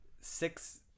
Six